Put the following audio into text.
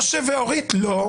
משה ואורית, לא.